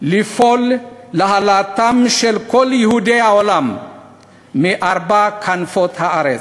לפעול להעלאתם של כל יהודי העולם מארבע כנפות הארץ.